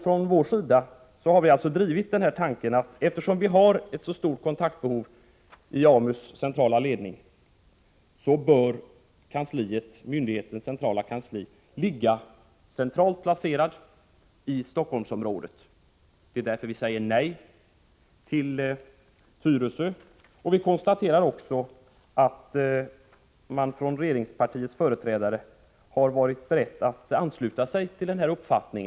Från vår sida har vi drivit tanken att eftersom AMU:s centrala ledning har ett så stort kontaktbehov bör myndighetens kansli ligga centralt placerat i Stockholmsområdet. Det är därför vi säger nej till Tyresö. Vi konstaterar att regeringspartiets företrädare har varit beredda att ansluta sig till denna uppfattning.